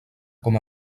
com